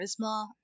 charisma